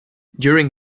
during